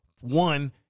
One